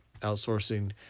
Outsourcing